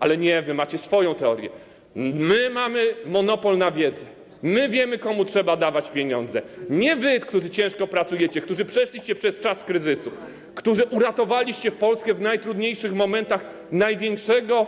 Ale nie, wy macie swoją teorię: my mamy monopol na wiedzę, my wiemy, komu trzeba dawać pieniądze, nie wy, którzy ciężko pracujecie, którzy przeszliście przez czas kryzysu, którzy uratowaliście Polskę w najtrudniejszych momentach największego